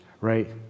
right